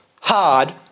hard